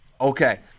Okay